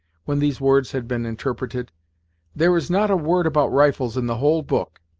when these words had been interpreted there is not a word about rifles in the whole book,